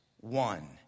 one